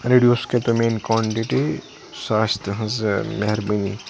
reduce کٔرتو میٲنۍ quantity سُہ آسہِ تُہنٛز مہربٲنی